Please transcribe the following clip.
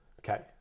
okay